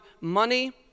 money